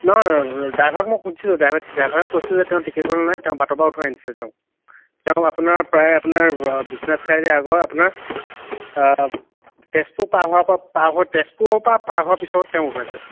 নহয় ডাইভাৰক মই সুধিছিলোঁ ডাইভাৰ ডাইভাৰক কৈছিলো যে তেওঁ টিকেট কৰিব নালাগে তেওঁ বাটৰ পৰা উঠোৱাই আনিছিলে তেওঁক তেওঁ আপোনাৰ প্ৰায় আপোনাৰ বিশ্বনাথ চাৰিআলি আগৰ আপোনাৰ তেজপুৰ পাৰ হোৱাৰ পৰা পাৰ হৈ তেজপুৰৰ পৰা পাৰ হোৱা পাছত তেওঁক উঠোৱাইছে